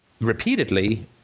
repeatedly